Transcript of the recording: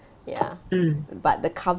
ya but the co~